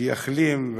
שיחלים,